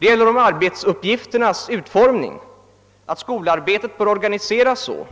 Det gäller om arbetsuppgifternas utformning, att skolarbetet bör organiseras så,